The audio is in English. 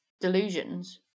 delusions